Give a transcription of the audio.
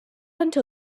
until